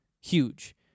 huge